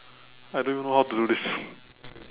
I don't even know how to do this